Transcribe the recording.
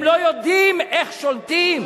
הם לא יודעים איך שולטים.